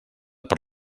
per